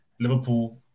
Liverpool